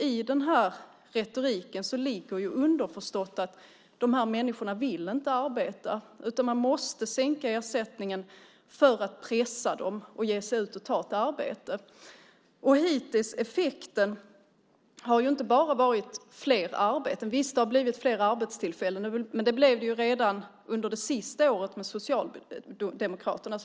I retoriken ligger underförstått att dessa människor inte vill arbeta, utan man måste sänka ersättningen för att pressa dem att ge sig ut för att ta ett arbete. Hittills har effekten inte bara varit fler arbeten. Visst har det blivit fler arbetstillfällen, men det blev det redan under det sista året med Socialdemokraterna.